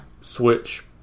Switch